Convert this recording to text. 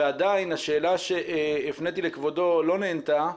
ועדיין השאלה שהפניתי לכבודו לא נענתה,